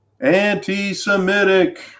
Anti-Semitic